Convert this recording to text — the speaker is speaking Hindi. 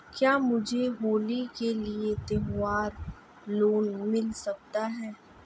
क्या मुझे होली के लिए त्यौहार लोंन मिल सकता है?